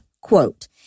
quote